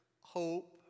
hope